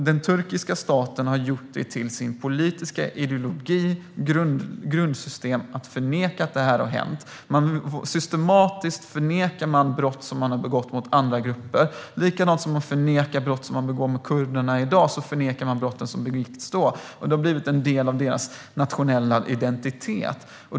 Den turkiska staten har gjort det till sin politiska ideologi och sitt grundsystem att förneka att detta har hänt. Systematiskt förnekar man brott som man har begått mot andra grupper. På samma sätt som man förnekar brott som man begår mot kurderna i dag förnekar man brott som begicks då. Det har blivit en del av deras nationella identitet.